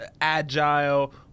agile